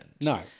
No